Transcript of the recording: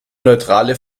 neutrale